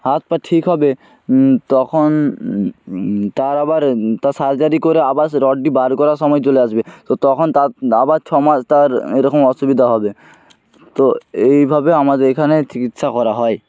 হাত পা ঠিক হবে তখন তার আবার তা সার্জারি করে আবাস রডটি বার করার সময় চলে আসবে তো তখন তার আবার ছ মাস তার এরকম অসুবিধা হবে তো এইভাবে আমাদের এখানে চিকিৎসা করা হয়